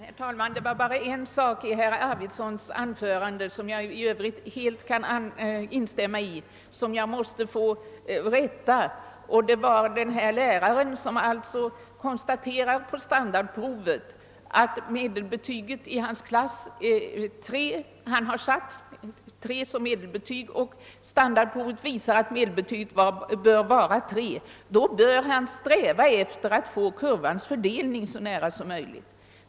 Herr talman! Det är bara en uppgift i herr Arvidsons anförande — i vilket jag annars helt kan instämma — som jag måste få rätta. Jag syftar på exemplet att en lärare, som på ett standardprov konstaterar att medelbetyget i hans klass är 3, också bör sträva efter att få kurvans fördelning att ansluta sig så nära normalkurvan som möjligt.